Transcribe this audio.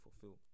fulfill